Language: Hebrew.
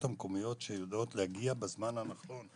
המקומיות שיודעות להגיע בזמן הנכון.